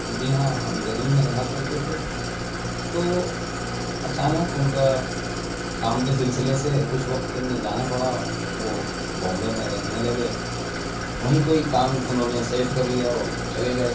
جی ہاں ہم دہلی میں رہا کرتے تھے تو اچانک ان کا کام کے سلسلے سے کچھ وقت کے لیے جانا پڑا وہ بامبے میں رہنے لگے وہیں کوئی کام انہوں نے سیٹ کر لیا اور وہ چلے گئے